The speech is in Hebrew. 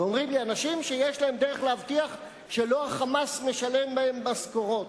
ואומרים לי אנשים שיש להם דרך להבטיח שלא ה"חמאס" משלם בהם משכורות.